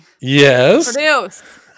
Yes